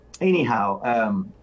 anyhow